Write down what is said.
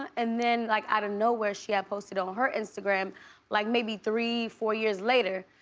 and then like outta nowhere she had posted on her instagram like maybe three, four years later,